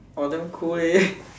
orh damn cool leh